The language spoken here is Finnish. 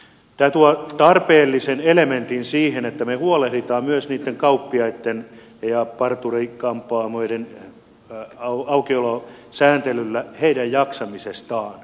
tämä tuo tarpeellisen elementin siihen että me huolehdimme myös kauppiaitten ja parturi kampaamoiden aukiolosääntelyllä heidän jaksamisestaan